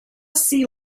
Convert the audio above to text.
sea